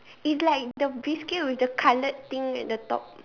it's like the biscuit with the coloured thing at the top